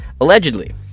allegedly